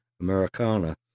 Americana